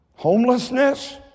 Homelessness